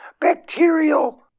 bacterial